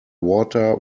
water